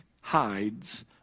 hides